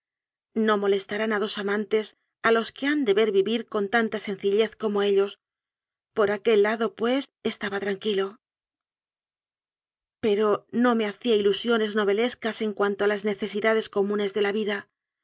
no molestarán a dos amantes a los que han de ver vivir con tanta sencillez como ellos por aquel lado pues esta ba tranquilo pero no me hacía ilusiones novelescas en cuan to a las necesidades comunes de la vida